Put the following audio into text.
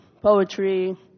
poetry